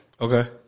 Okay